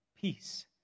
peace